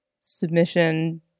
submission